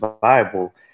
viable